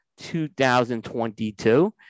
2022